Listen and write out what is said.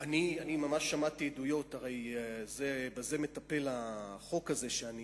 אני ממש שמעתי עדויות, הרי בזה מטפל החוק הזה שאני